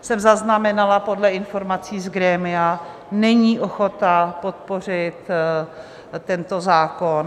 jsem zaznamenala, podle informací z grémia není ochota podpořit tento zákon.